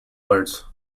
words